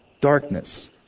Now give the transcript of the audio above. darkness